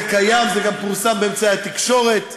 זה קיים, זה גם פורסם באמצעי התקשורת.